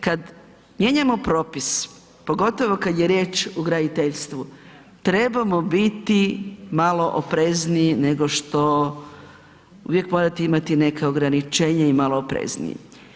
Kad mijenjamo propis, pogotovo kad je riječ o graditeljstvu trebamo biti malo oprezniji nego što, uvijek morate imati neka ograničenja i malo oprezniji.